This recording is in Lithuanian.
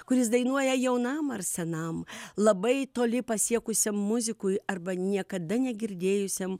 kuris dainuoja jaunam ar senam labai toli pasiekusiam muzikui arba niekada negirdėjusiam